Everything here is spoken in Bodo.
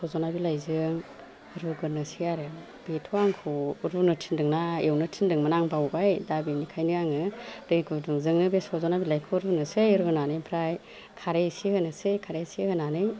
सुज'ना बिलाइजों रुगोरनोसै आरो बेथ' आंखौ रुनो थिन्दोंना एवनो थिन्दोंमोन आं बावबाय दा बेनिखायनो आङो दै गुदुंजोंनो बे सजना बिलाइखौ रुनोसै रुनानै आमफ्राय खारै एसे होनोसै खारै एसे होनानै